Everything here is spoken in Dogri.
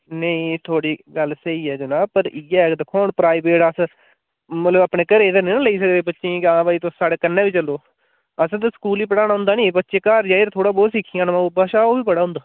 नेईं थुहाढ़ी गल्ल स्हेई ऐ जनाब पर इ'यै दिक्खो हून प्राइवेट अस मतलब अपने घरेई ते नेईं ना लेई सकदे बच्चें गी की हां भई तुस साढ़े कन्नै गै चलो असें ते स्कूल ही पढ़ाना होंदा नी बच्चे घर जाई थोह्ड़ा बोह्त सिक्खी औन माऊ बब्बै शा ओह् बी बड़ा होंदा